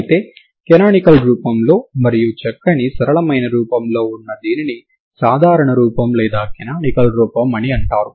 అయితే కనానికల్ రూపంలో మరియు చక్కని సరళమైన రూపంలో ఉన్న దీనిని సాధారణ రూపం లేదా కనానికల్ రూపం అని అంటారు